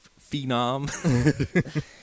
phenom